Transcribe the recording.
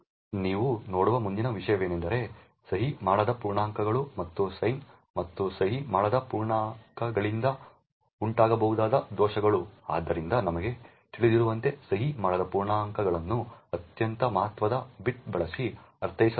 ನಾವು ನೋಡುವ ಮುಂದಿನ ವಿಷಯವೆಂದರೆ ಸಹಿ ಮಾಡದ ಪೂರ್ಣಾಂಕಗಳು ಮತ್ತು ಸೈನ್ ಮತ್ತು ಸಹಿ ಮಾಡದ ಪೂರ್ಣಾಂಕಗಳಿಂದ ಉಂಟಾಗಬಹುದಾದ ದೋಷಗಳು ಆದ್ದರಿಂದ ನಮಗೆ ತಿಳಿದಿರುವಂತೆ ಸಹಿ ಮಾಡಿದ ಪೂರ್ಣಾಂಕಗಳನ್ನು ಅತ್ಯಂತ ಮಹತ್ವದ ಬಿಟ್ ಬಳಸಿ ಅರ್ಥೈಸಲಾಗುತ್ತದೆ